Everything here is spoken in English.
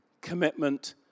commitment